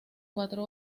cuatro